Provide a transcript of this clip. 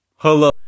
Hello